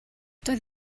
doedd